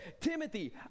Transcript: Timothy